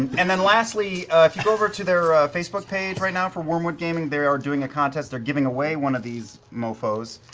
and lastly, if you go over to their facebook page right now for wyrmwood gaming, they're doing a contest. they're giving away one of these mofos.